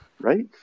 right